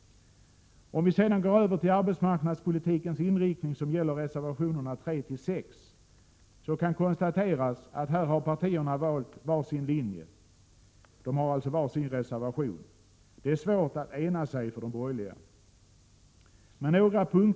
Om vi sedan går över till arbetsmarknadspolitikens inriktning, som tas upp i reservationerna 3-6, så kan konstateras att partierna här har valt var sin linje. De har alltså var sin reservation. Det är svårt för de borgerliga att ena sig.